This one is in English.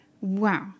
wow